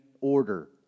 order